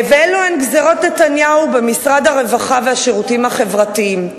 ואלה הן גזירות נתניהו במשרד הרווחה והשירותים החברתיים,